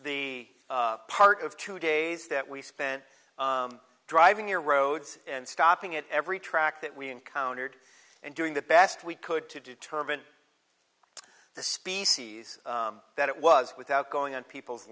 e part of two days that we spent driving your roads and stopping at every track that we encountered and doing the best we could to determine the species that it was without going on people's